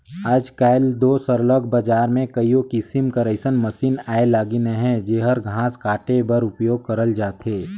आएज काएल दो सरलग बजार में कइयो किसिम कर अइसन मसीन आए लगिन अहें जेहर घांस काटे बर उपियोग करल जाथे